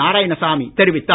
நாராயணசாமி தெரிவித்தார்